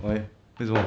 why cause you want